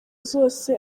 zose